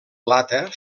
plata